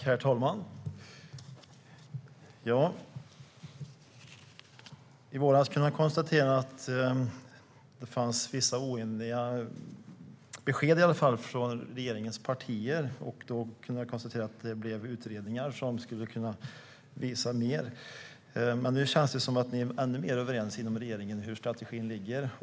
Herr talman! I våras kunde jag konstatera att det kom vissa oeniga besked från regeringens partier. Det blev utredningar som skulle kunna visa mer, men nu känns det som om ni är mer överens inom regeringen om hur strategin ligger.